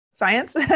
science